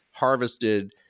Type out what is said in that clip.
harvested